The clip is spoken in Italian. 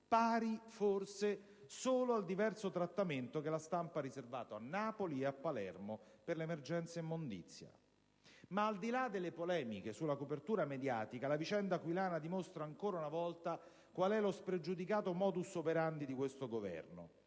pari, forse, solo al diverso trattamento che la stampa ha riservato a Napoli e Palermo per l'emergenza immondizia. Al di là delle polemiche sulla copertura mediatica, la vicenda aquilana dimostra ancora una volta lo spregiudicato *modus operandi* di questo Governo: